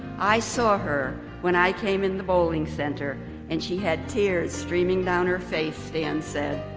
i saw her when i came in the bowling center and she had tears streaming down her face. stan said.